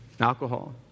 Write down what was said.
Alcohol